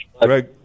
Greg